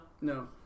No